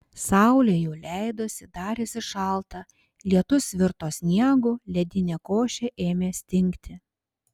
saulė jau leidosi darėsi šalta lietus virto sniegu ledinė košė ėmė stingti